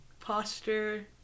posture